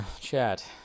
chat